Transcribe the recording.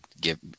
Give